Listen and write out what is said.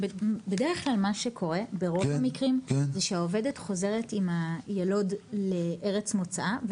בדרך כלל מה שקורה ברוב המקרים זה שהעובדת חוזרת עם היילוד לארץ מוצאה,